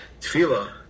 tefillah